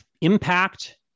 impact